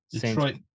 Detroit